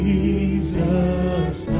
Jesus